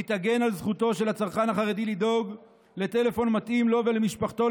היא תגן על זכותו של הצרכן החרדי לדאוג לטלפון מתאים לו ולמשפחתו,